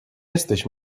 jesteś